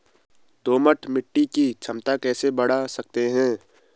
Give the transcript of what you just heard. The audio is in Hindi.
दोमट मिट्टी की क्षमता कैसे बड़ा सकते हैं?